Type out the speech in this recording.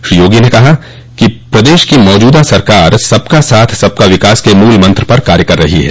श्री योगी ने कहा कि प्रदेश की मौजूदा सरकार सबका साथ सबका विकास के मूल मंत्र पर काम कर रही है